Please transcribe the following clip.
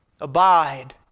Abide